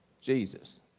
Jesus